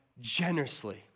generously